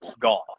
gone